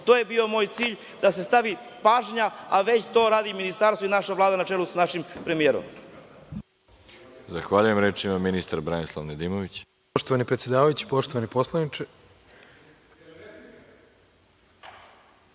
To je bio moj cilj, da se stavi pažnja, a već to radi Ministarstvo i naša Vlada na čelu sa našim premijerom.